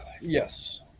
yes